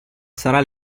sarà